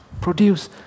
produce